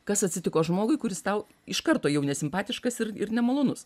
kas atsitiko žmogui kuris tau iš karto jau nesimpatiškas ir ir nemalonus